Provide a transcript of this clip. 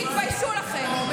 תתביישו לכם.